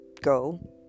go